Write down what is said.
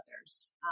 others